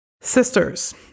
Sisters